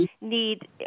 need